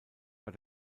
bei